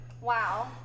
wow